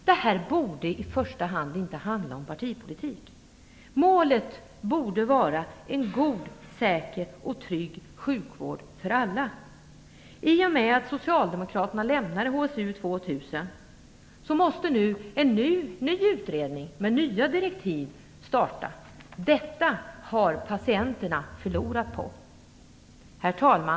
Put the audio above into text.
Detta borde i första hand inte handla om partipolitik. Målet borde vara en god, säker och trygg sjukvård för alla. I och med att socialdemokraterna lämnade HSU 2000 måste nu en ny utredning med nya direktiv starta. Detta har patienterna förlorat på. Herr talman!